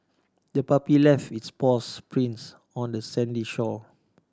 the puppy left its paws prints on the sandy shore